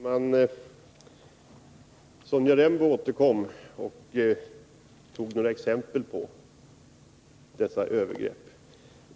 Herr talman! Sonja Rembo återkom med exempel på övergrepp.